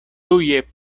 tuje